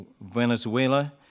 Venezuela